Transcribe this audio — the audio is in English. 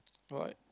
what